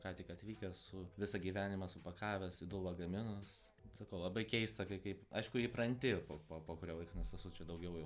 ką tik atvykęs su visą gyvenimą supakavęs į du lagaminus sakau labai keista kai kaip aišku įpranti po po po kurio laiko nes esu čia daugiau jau